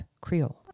Creole